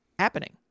happening